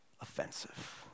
offensive